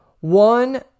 One